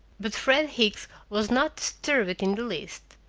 but fred hicks was not disturbed in the least.